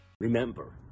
Remember